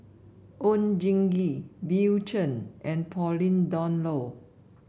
Oon Jin Gee Bill Chen and Pauline Dawn Loh